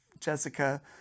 Jessica